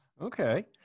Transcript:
Okay